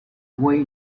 way